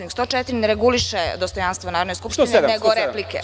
Član 104. ne reguliše dostojanstvo Narodne skupštine, nego replike.